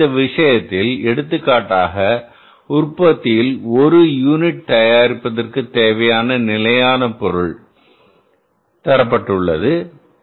இந்த விஷயத்தில் எடுத்துக்காட்டாகஉற்பத்தியில் ஒரு யூனிட் தயாரிப்பதற்குத் தேவையான நிலையான பொருள்